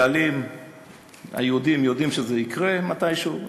הבעלים היהודים יודעים שזה יקרה מתישהו,